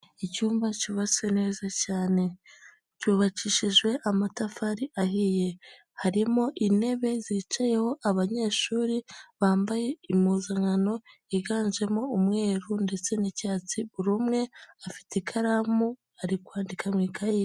Icyumba cyubatswe neza cyane cyubakishijwe amatafari ahiye, harimo intebe zicayeho abanyeshuri bambaye impuzankano yiganjemo umweru ndetse n'icyatsi, buri umwe afite ikaramu ari kwandika mu ikaye.